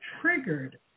triggered